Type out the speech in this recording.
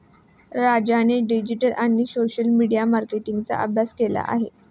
राजाने डिजिटल आणि social media मार्केटिंगचा अभ्यास केला आहे